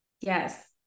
yes